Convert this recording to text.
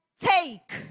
take